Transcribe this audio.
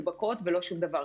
הדבר השני,